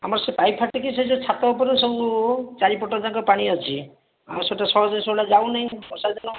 ଆମର ସେ ପାଇପ୍ ଫାଟିକି ସେ ଯୋଉ ଛାତ ଉପରେ ସବୁ ଚାରିପଟ ଯାକ ପାଣି ଅଛି ଆଉ ସେଟା ସହଜରେ ସେଗୁଡ଼ା ଯାଉ ନାହିଁ ବର୍ଷା ଦିନ